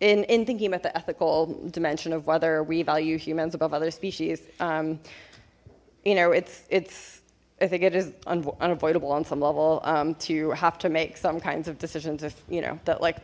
in in thinking about the ethical dimension of whether we value humans above other species you know it's it's i think it is unavoidable on some level to have to make some kinds of decisions if you know that like